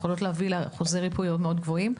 הן יכולות להביא לאחוזי ריפוי מאוד גבוהים,